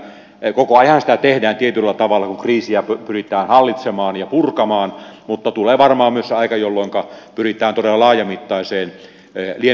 koko ajanhan sitä tehdään tietyllä tavalla kun kriisiä pyritään hallitsemaan ja purkamaan mutta tulee varmaan myös se aika jolloinka pyritään todella laajamittaiseen liennytyspolitiikkaan